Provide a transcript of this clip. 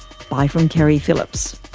bye from keri phillips